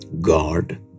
God